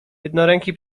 jednoręki